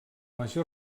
major